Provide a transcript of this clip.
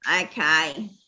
Okay